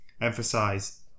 emphasize